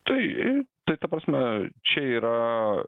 tai tai ta prasme čia yra